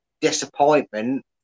disappointment